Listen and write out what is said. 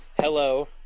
hello